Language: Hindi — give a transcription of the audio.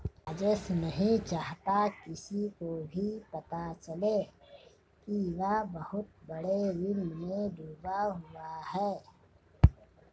राजेश नहीं चाहता किसी को भी पता चले कि वह बहुत बड़े ऋण में डूबा हुआ है